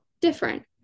different